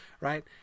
right